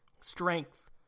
strength